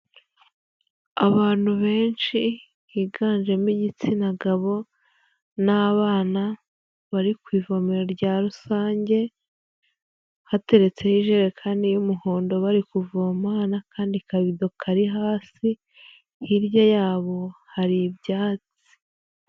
Abantu benshi higanjemo igitsina gabo n'abana bari ku ivomero rya rusange, hateretse ijerekani y'umuhondo bari kuvoma, hari n'akandi kabido kari hasi, hirya yabo hari ibyatsi.